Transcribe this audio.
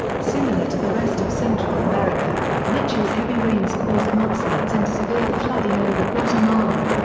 similar to the rest of central america, mitch's heavy rains caused mudslides and severe flooding over guatemala.